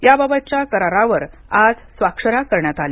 या बाबतच्या करारावर आज स्वाक्षऱ्या करण्यात आल्या